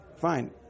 fine